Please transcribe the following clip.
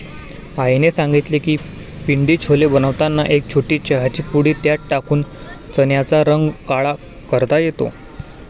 आईने सांगितले की पिंडी छोले बनवताना एक छोटी चहाची पुडी त्यात टाकून चण्याचा रंग काळा करता येतो